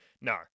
No